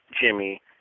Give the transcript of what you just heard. Jimmy